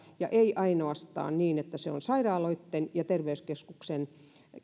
ja ei ainoastaan niin että se on sairaaloitten ja terveyskeskusten